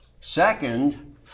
Second